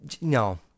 no